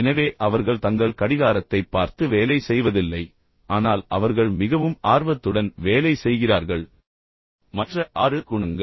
எனவே அவர்கள் தங்கள் கடிகாரத்தைப் பார்த்து வேலை செய்வதில்லை ஆனால் அவர்கள் மிகவும் ஆர்வத்துடன் வேலை செய்கிறார்கள் அப்போது அவர்கள் தங்கள் கடிகாரத்தைப் பார்க்க மறந்துவிடுகிறார்கள்